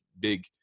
big